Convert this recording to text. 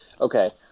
Okay